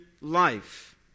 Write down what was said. life